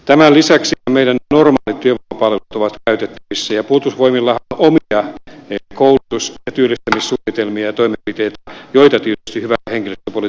tämän lisäksihän meidän normaalit työvoimapalvelumme ovat käytettävissä ja puolustusvoimillahan on omia koulutus ja työllistämissuunnitelmia ja toimenpiteitä joita tietysti hyvällä henkilöstöpolitiikalla pitää toteuttaakin